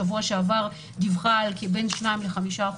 שבוע שעבר דיווחה על בין 2% ל-5%,